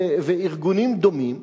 וארגונים דומים,